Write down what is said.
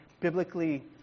biblically